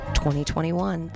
2021